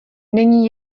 není